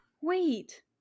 Wait